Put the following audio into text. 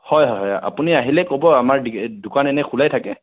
হয় হয় আপুনি আহিলে ক'ব আমাৰ দোকান এনেই খোলাই থাকে